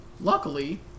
luckily